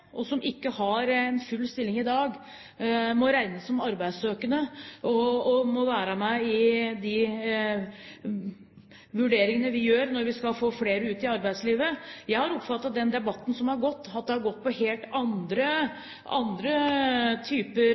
arbeid og ikke har en full stilling i dag, må regnes som arbeidssøkende og må være med i de vurderingene vi gjør for å få flere ut i arbeidslivet. Jeg har oppfattet at den debatten som har gått, har gått på helt andre typer